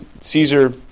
Caesar